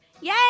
Yay